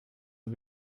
nur